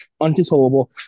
uncontrollable